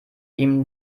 ihm